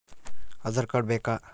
Aadhaar card ಬೇಕಾ?